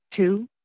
Two